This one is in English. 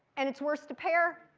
and it's worse to pair.